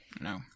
no